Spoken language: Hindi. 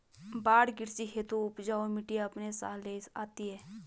बाढ़ कृषि हेतु उपजाऊ मिटटी अपने साथ ले आती है